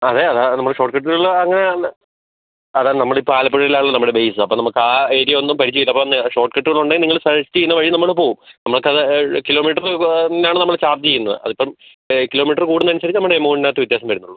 ആ അതെ അതാണ് നമ്മൾ ഷോർട്ട് കട്ടിലുള്ള അങ്ങനെയാണ് അത് നമ്മളിപ്പോൾ ആലപ്പുഴയിലാണല്ലോ നമ്മുടെ ബേസ് അപ്പോൾ നമുക്ക് ആ ഏരിയ ഒന്നും പരിചയം ഇല്ല അപ്പോൾ ഒന്ന് ഷോട്ട് കട്ടുകളുണ്ട് നിങ്ങൾ സജെസ്റ്റ് ചെയ്യുന്ന വഴി നമ്മൾ പോവും നമുക്കത് കിലോമീറ്ററ് പറഞ്ഞാണ് നമ്മൾ ചാർജ് ചെയ്യുന്നത് അതിപ്പം കിലോമീറ്ററ് കൂടുന്നത് അനുസരിച്ച് നമ്മുടെ എമൗണ്ടിനകത്ത് വ്യത്യാസം വരുന്നുള്ളൂ